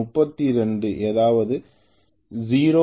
096 232